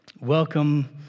welcome